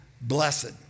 blessed